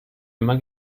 immer